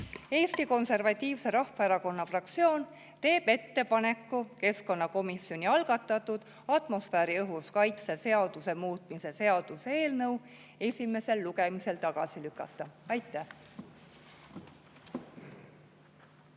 Eesti Konservatiivse Rahvaerakonna fraktsioon teeb ettepaneku keskkonnakomisjoni algatatud atmosfääriõhu kaitse seaduse muutmise seaduse eelnõu esimesel lugemisel tagasi lükata. Aitäh!